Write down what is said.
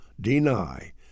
deny